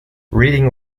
reading